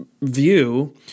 view